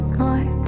more